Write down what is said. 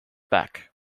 back